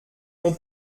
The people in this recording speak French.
mon